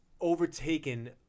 overtaken